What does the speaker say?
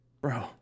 bro